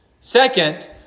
Second